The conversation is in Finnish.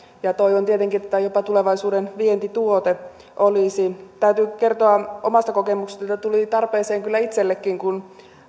toivon tietenkin että tämä jopa tulevaisuuden vientituote olisi täytyy kertoa omasta kokemuksesta että tuli tarpeeseen kyllä itsellekin kun